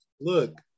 Look